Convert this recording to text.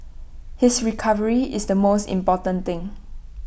his recovery is the most important thing